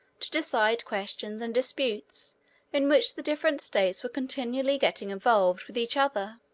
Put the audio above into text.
to decide questions and disputes in which the different states were continually getting involved with each other.